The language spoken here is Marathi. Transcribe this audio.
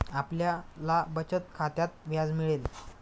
आपल्याला बचत खात्यात व्याज मिळेल